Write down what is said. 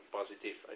positive